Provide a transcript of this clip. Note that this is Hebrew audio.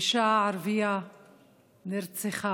אימא ערבייה נרצחה